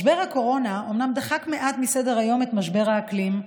משבר הקורונה אומנם דחק מעט מסדר-היום את משבר האקלים,